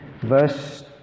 Verse